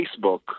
Facebook